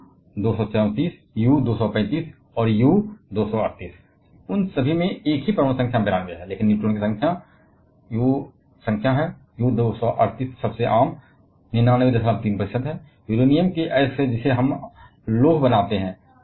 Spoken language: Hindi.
U 234 U 235 और U 238 इन सभी में एक ही परमाणु संख्या है जो 92 है लेकिन न्यूट्रॉन की संख्या है U 238 सबसे आम है जिसमें लगभग 993 प्रतिशत शामिल हैं यूरेनियम के अयस्क से जिसे हम लौह बनाते हैं